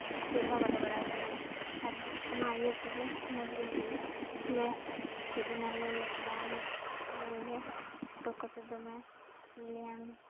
ᱪᱮᱫ ᱦᱚᱸ ᱵᱟᱞᱮ ᱵᱟᱲᱟᱭ ᱛᱟᱦᱮᱱ ᱟᱨ ᱚᱱᱟ ᱤᱭᱟᱹ ᱛᱮ ᱚᱱᱟ ᱤᱭᱟᱹ ᱛᱮᱜᱮᱞᱮ ᱪᱮᱫ ᱮᱱᱟᱞᱮ ᱞᱚᱠᱰᱟᱣᱩᱱ ᱤᱭᱟᱹ ᱨᱮᱜᱮ ᱯᱷᱳᱴᱳ ᱠᱟᱛᱮᱫ ᱫᱚᱢᱮ ᱟᱞᱮᱭᱟᱝ